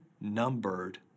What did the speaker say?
numbered